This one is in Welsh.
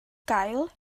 gael